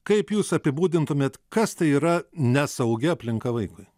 kaip jūs apibūdintumėt kas tai yra nesaugi aplinka vaikui